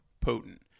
potent